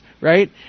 right